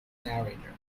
narrator